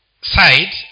side